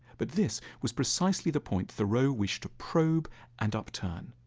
but this was precisely the point thoreau wished to probe and upturn.